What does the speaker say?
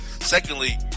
Secondly